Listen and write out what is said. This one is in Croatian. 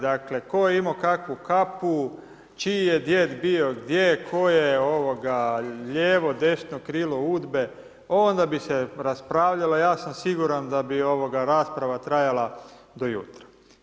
Dakle tko je imao kakvu kapu, čiji je djed bio gdje, tko je lijevo, desno krilo UDBA-e, onda bi se raspravljalo, ja sam siguran da bi rasprava trajala do jutra.